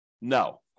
No